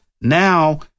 Now